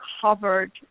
covered